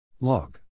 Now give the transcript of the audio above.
log